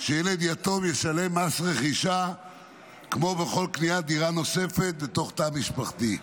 שילד יתום ישלם מס רכישה כמו בכל קניית דירה נוספת בתוך תא משפחתי.